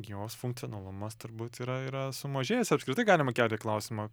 jos funkcionalumas turbūt yra yra sumažėjęs apskritai galima kelti klausimą